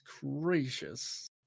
gracious